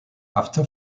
after